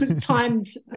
times